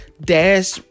Dash